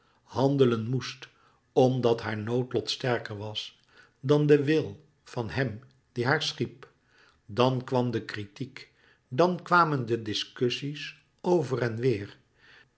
handelen moest omdat haar noodlot sterker was dan de wil van hem die haar schiep dan kwam de kritiek dan kwamen de discussies over en weêr